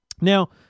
Now